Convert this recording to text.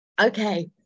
Okay